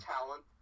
Talent